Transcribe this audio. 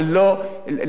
אבל לא להפסיק,